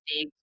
big